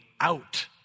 out